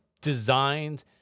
designed